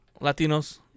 Latinos